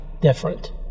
different